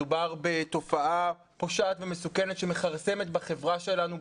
מדובר בתופעה פושעת ומסוכנת שמכרסמת בחברה שלנו,